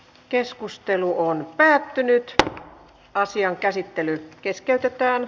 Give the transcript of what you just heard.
keskustelu päättyi ja asian käsittely keskeytettiin